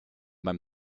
beim